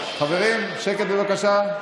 חברים, שקט, בבקשה.